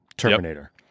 Terminator